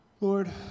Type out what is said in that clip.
Lord